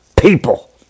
people